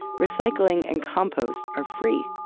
recycling and compost are free.